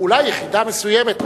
אולי יחידה מסוימת.